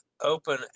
open